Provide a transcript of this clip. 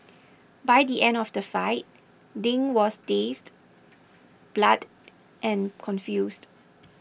by the end of the fight Ding was dazed blood and confused